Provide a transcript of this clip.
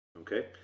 Okay